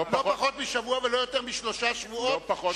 לא פחות משבוע ולא יותר משלושה שבועות,